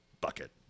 bucket